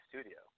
studio